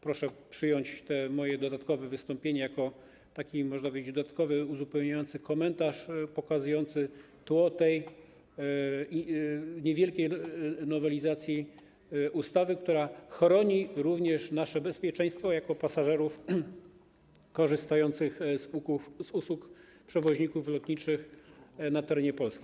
Proszę przyjąć to moje dodatkowe wystąpienie jako taki dodatkowy, uzupełniający komentarz pokazujący tło tej niewielkiej nowelizacji ustawy, która chroni również nasze bezpieczeństwo jako pasażerów korzystających z usług przewoźników lotniczych na terenie Polski.